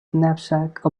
knapsack